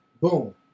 Boom